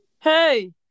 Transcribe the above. Hey